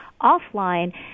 offline